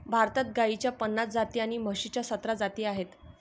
भारतात गाईच्या पन्नास जाती आणि म्हशीच्या सतरा जाती आहेत